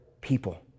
people